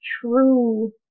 true